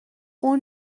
اون